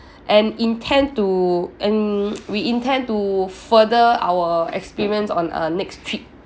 and intend to and we intend to further our experience on a next trip